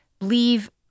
leave